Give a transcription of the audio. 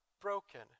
broken